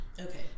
Okay